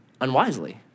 unwisely